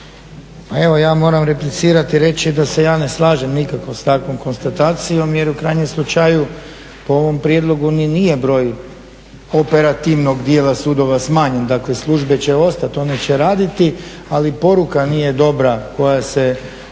Pa evo ja moram replicirati i reći da se ja ne slažem nikako sa takvom konstatacijom jer u krajnjem slučaju po ovom prijedlogu ni nije broj operativnog dijela sudova smanjen, dakle službe će ostati, one će raditi ali poruka nije dobra koja se